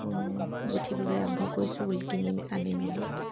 গোঁঠিবলৈ আৰম্ভ কৰিছোঁ ঊল কিনি আনি মেলি